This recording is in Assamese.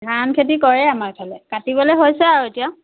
ধান খেতি কৰে আমাৰফালে কাটিবলে হৈছে আৰু এতিয়া